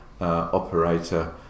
operator